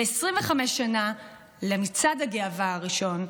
ו-25 שנה למצעד הגאווה הראשון,